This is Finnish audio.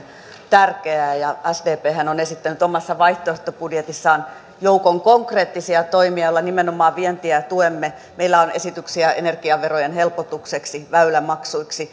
tärkeää ja sdphän on esittänyt omassa vaihtoehtobudjetissaan joukon konkreettisia toimia joilla nimenomaan vientiä tuemme meillä on esityksiä energiaverojen helpotuksesta väylämaksuista